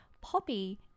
Poppy